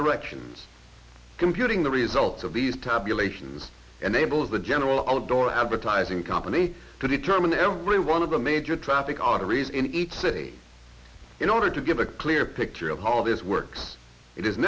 directions computing the results of these tabulations enables the general outdoor advertising company to determine every one of the major traffic arteries in each city in order to give a clearer picture of how all this works i